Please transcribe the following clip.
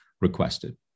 requested